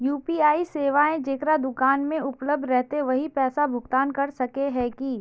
UPI सेवाएं जेकरा दुकान में उपलब्ध रहते वही पैसा भुगतान कर सके है की?